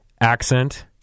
accent